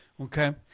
Okay